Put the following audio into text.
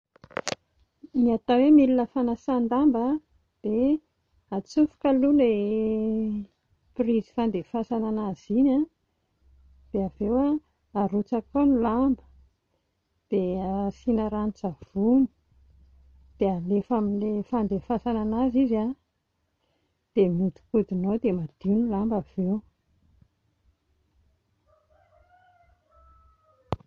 Ny hatao hoe milina fanasan-damba dia atsofoka aloha ilay prise fandefasana an'azy iny dia avy eo a, arotsaka ao ny lamba, dia asiana ranon-tsavony, dia alefa amin'ilay fandefasana an'azy izy a, dia mihodinkodina ao dia madio ny lamba avy eo